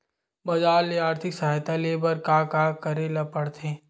बजार ले आर्थिक सहायता ले बर का का करे ल पड़थे?